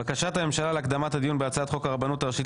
בקשת הממשלה להקדמת הדיון בהצעת חוק הרבנות הראשית